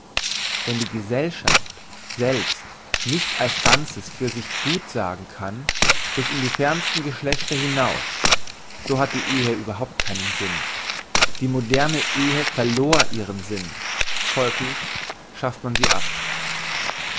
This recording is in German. wenn die gesellschaft selbst nicht als ganzes für sich gutsagen kann bis in die fernsten geschlechter hinaus so hat die ehe überhaupt keinen sinn die moderne ehe verlor ihren sinn folglich schafft man sie ab